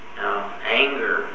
Anger